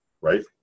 right